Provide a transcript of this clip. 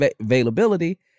availability